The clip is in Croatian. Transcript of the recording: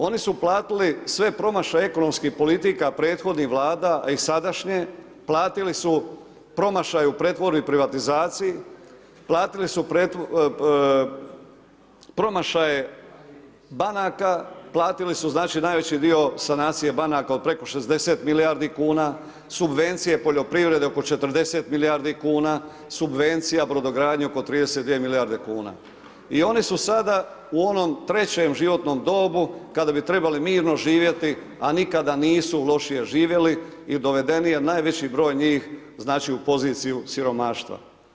Oni su platili sve promašaje ekonomskih politika prethodnih vlada, a i sadašnje, platili su promašaj u pretvorbi privatizaciji, platili su promašaje banaka, platili su najveći dio sanacije banaka od preko 60 milijardi kuna, subvencije poljoprivrede oko 40 milijardi kuna, subvencija, brodogradnja oko 32 milijarde kuna. i oni su sada u onom trećem životnom dobu kada bi trebali mirno živjeti, a nikada nisu lošije živjeli i dovedeni je najveći broj njih u poziciju siromaštva.